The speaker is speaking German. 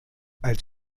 als